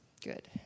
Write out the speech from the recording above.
Good